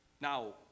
Now